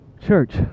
Church